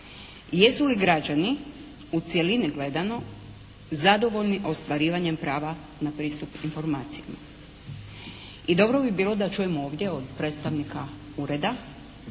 Jesu li građani u cjelini gledano zadovoljni ostvarivanjem prava na pristup informacijama. I dobro bi bilo da čujemo ovdje od predstavnika ureda